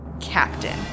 Captain